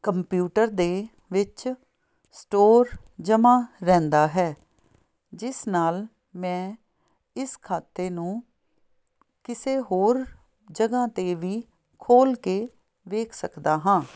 computer ਦੇ ਵਿੱਚ store ਜਮ੍ਹਾਂ ਰਹਿੰਦਾ ਹੈ ਜਿਸ ਨਾਲ ਮੈਂ ਇਸ ਖਾਤੇ ਨੂੰ ਕਿਸੇ ਹੋਰ ਜਗ੍ਹਾ 'ਤੇ ਵੀ ਖੋਲ੍ਹ ਕੇ ਵੇਖ ਸਕਦਾ ਹਾਂ